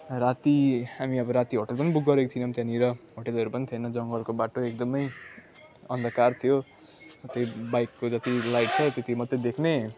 राति हामी अब राति होटेल पनि बुक गरेको थिएनौँ त्यहाँनिर होटेलहरू पनि थिएन जङ्गलको बाटो एकदमै अन्धकार थियो त्यही बाइकको जति लाइट थियो त्यति मात्रै देख्ने